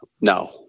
no